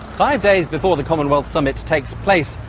five days before the commonwealth summit takes place,